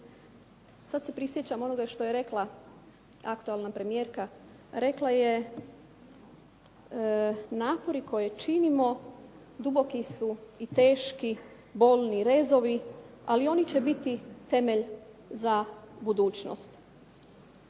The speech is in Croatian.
Sad se prisjećam onoga što je rekla aktualna premijerka, rekla je "napori koje činimo duboki su i teški, bolni rezovi, ali oni će biti temelj za budućnost".